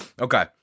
Okay